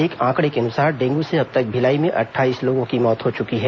एक आंकड़े के अनुसार डेंगू से अब तक भिलाई में अट्ठाईस लोगों की मौत हो चुकी है